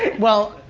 well,